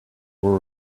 were